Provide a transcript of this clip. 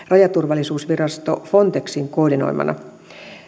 rajaturvallisuusvirasto frontexin koordinoimana